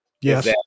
Yes